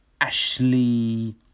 Ashley